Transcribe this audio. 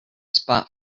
spot